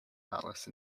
alice